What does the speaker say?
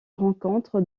rencontre